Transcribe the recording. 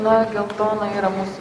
na geltona yra mūsų